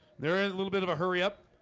there's a little bit of a hurry up